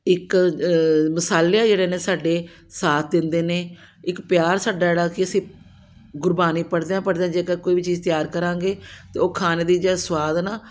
ਇੱਕ ਮਸਾਲੇ ਜਿਹੜੇ ਨੇ ਸਾਡੇ ਸਾਥ ਦਿੰਦੇ ਨੇ ਇੱਕ ਪਿਆਰ ਸਾਡਾ ਜਿਹੜਾ ਕਿ ਅਸੀਂ ਗੁਰਬਾਣੀ ਪੜ੍ਹਦਿਆਂ ਪੜ੍ਹਦਿਆਂ ਜੇਕਰ ਕੋਈ ਵੀ ਚੀਜ਼ ਤਿਆਰ ਕਰਾਂਗੇ ਤਾਂ ਉਹ ਖਾਣੇ ਦਾ ਜਿਹੜਾ ਸਵਾਦ ਹੈ ਨਾ